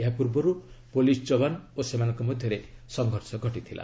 ଏହାପୂର୍ବରୁ ପୁଲିସ୍ ଯବାନ ଓ ସେମାନଙ୍କ ମଧ୍ୟରେ ସଂଘର୍ଷ ହୋଇଥିଲା